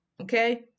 Okay